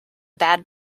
bad